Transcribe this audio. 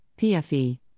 PFE